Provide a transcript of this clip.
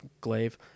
glaive